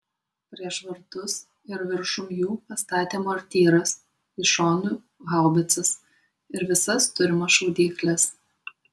prieš vartus ir viršum jų pastatė mortyras iš šonų haubicas ir visas turimas šaudykles